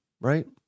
right